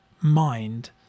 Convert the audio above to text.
mind